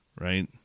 Right